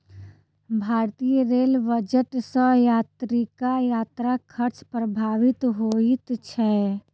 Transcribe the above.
भारतीय rail budget सॅ यात्रीक यात्रा खर्च प्रभावित होइत छै